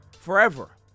forever